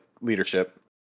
leadership